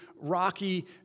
rocky